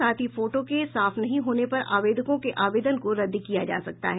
साथ ही फोटो के साफ नहीं होने पर आवेदकों के आवेदन को रद्द किया जा सकता है